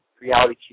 reality